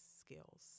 skills